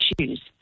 choose